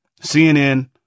CNN